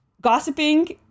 gossiping